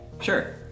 Sure